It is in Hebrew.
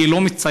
והיא לא מצייתת,